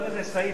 חבר הכנסת סוייד,